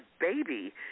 baby